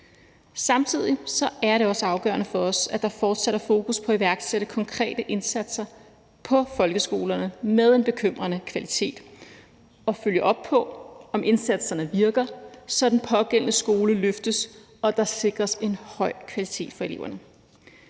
Samtidig er det også afgørende for os, at der fortsat er fokus på at iværksætte konkrete indsatser på folkeskolerne med en bekymrende kvalitet og følge op på, om indsatserne virker, så den pågældende skole løftes og der sikres en høj kvalitet for eleverne.